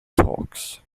talks